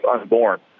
unborn